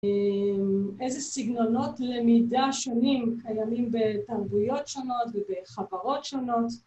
איזה סגנונות למידה שונים קיימים בתרבויות שונות ובחברות שונות